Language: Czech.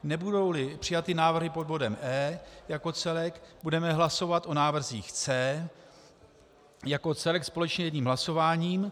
Nebudouli přijaty návrhy pod bodem E jako celek, budeme hlasovat o návrzích C jako celek společně jedním hlasováním.